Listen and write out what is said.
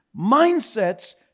Mindsets